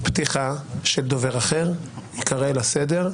מי שיפריע בהערות פתיחה של דובר אחר, ייקרא לסדר.